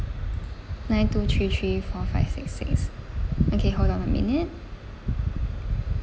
nine two three three four five six six okay hold on a minute